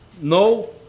no